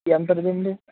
ఎంతదండి